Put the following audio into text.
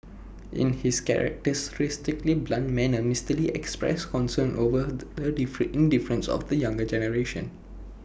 in his characteristically blunt manner Mister lee expressed concern over the indifference of the younger generation